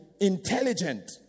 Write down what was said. intelligent